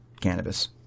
cannabis